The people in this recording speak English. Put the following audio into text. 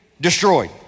destroyed